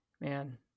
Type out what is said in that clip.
Man